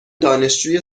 دانشجوی